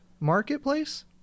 marketplace